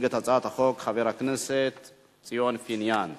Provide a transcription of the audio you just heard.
עבר בקריאה שלישית,